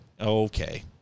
okay